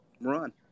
run